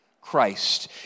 Christ